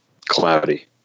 cloudy